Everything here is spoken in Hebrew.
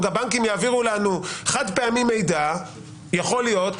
הבנקים יעבירו לנו חד-פעמי מידע - יכול להיות.